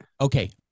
Okay